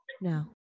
No